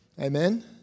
Amen